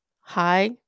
Hi